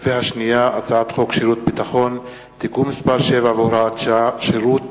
והצעת חוק שירות ביטחון (תיקון מס' 7 והוראת שעה)